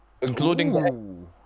including